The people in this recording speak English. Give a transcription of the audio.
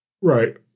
Right